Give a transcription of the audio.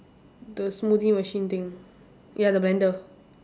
the smoothie machine thing ya the blender